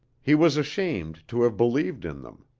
he was ashamed to have believed in them.